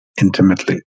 intimately